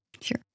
sure